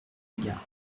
lagarde